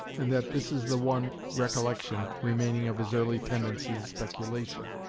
and that this is the one recollection remaining of his early tendency in speculation.